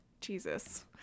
jesus